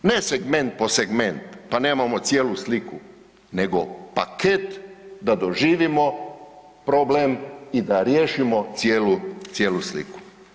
Ne segment po segment pa nemamo cijelu sliku, nego paket da doživimo problem i da riješimo cijelu, cijelu sliku.